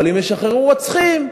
אבל אם ישחררו רוצחים,